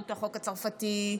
החוק הצרפתי,